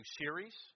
series